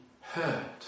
hurt